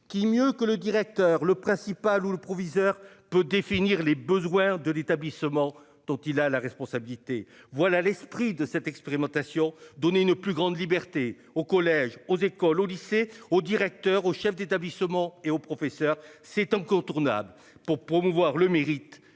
Qui mieux que le directeur le principal ou le proviseur peut définir les besoins de l'établissement dont il a la responsabilité. Voilà l'esprit de cette expérimentation donner une plus grande liberté au collège aux écoles au lycée au directeur au chef d'établissement et aux professeurs c'est incontournable pour promouvoir le mérite